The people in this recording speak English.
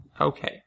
okay